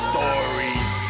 Stories